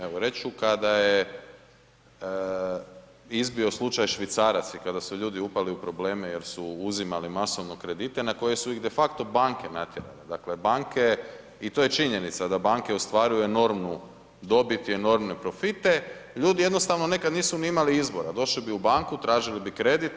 Evo reći ću kada je izbio slučaj švicarac i kada su ljudi upali u probleme jer su uzimali masovno kredite, na koje su ih de facto banko natjerali, dakle, banke i to je činjenica da banke ostvaruje enormnu dobit i enormne profite, ljudi jednostavno nekad nisu ni imali izbora, došli bi u banku, tražili bi kredit.